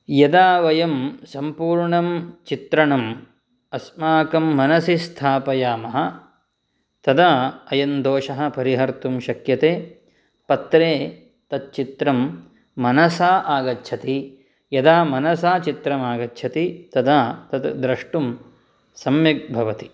यदा वयं संपूर्णं चित्रणं अस्माकं मनसि स्थापयामः तदा अयन्दोषः परिहर्तुं शक्यते पत्रे तत् चित्रम् मनसा आगच्छति यदा मनसा चित्रमागच्छति तदा तत् द्रष्टुं सम्यक् भवति